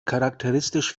charakteristisch